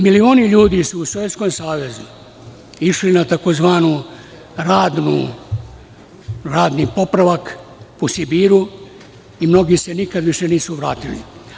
Milioni ljudi su u Sovjetskom Savezu išli na tzv. radni popravak u Sibiru i mnogi se više nikad nisu vratili.